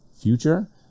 future